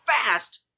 fast